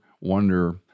wonder